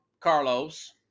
Carlos